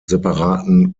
separaten